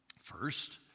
First